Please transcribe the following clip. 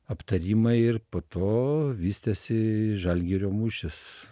aptarimai ir po to vystėsi žalgirio mūšis